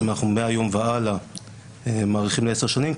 אנחנו מהיום והלאה מאריכים לעשר שנים,